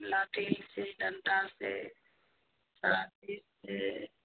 लाठी से डंटा से से